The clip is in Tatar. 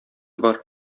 бар